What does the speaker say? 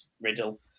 Riddle